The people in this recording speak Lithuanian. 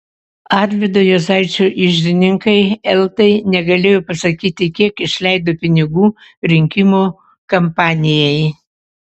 arvydo juozaičio iždininkai eltai negalėjo pasakyti kiek išleido pinigų rinkimų kampanijai